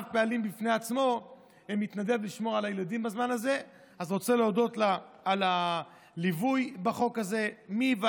הם הגיעו להבנות בנוסח הנכון, אז באמת, מיכאל